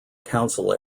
council